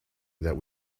that